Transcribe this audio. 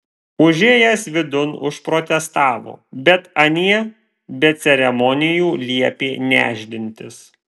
užėjęs vidun užprotestavo bet anie be ceremonijų liepė nešdintis